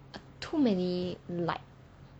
too many light